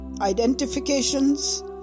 identifications